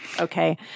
Okay